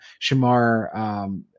Shamar